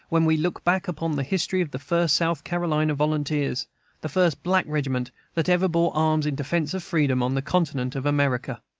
when we look back upon the history of the first south carolina volunteers the first black regiment that ever bore arms in defence of freedom on the continent of america.